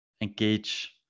engage